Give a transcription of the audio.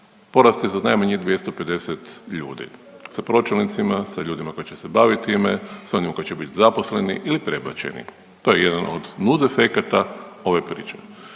porasti za najmanje 250 ljudi. Sa pročelnicima, sa ljudima koji će se baviti time, sa onima koji će biti zaposleni ili prebačeni, to je jedan od nusefekata ove priče.